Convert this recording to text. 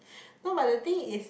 no but the thing is